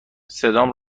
صدام